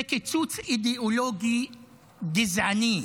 זה קיצוץ אידיאולוגי גזעני,